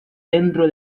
dentro